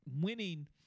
winning